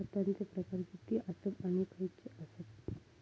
खतांचे प्रकार किती आसत आणि खैचे आसत?